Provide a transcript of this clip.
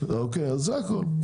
זה הכל.